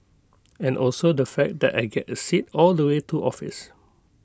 and also the fact that I get A seat all the way to office